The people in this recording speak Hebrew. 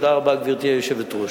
תודה רבה, גברתי היושבת-ראש.